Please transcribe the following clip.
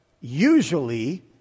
usually